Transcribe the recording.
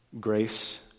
grace